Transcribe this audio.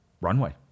runway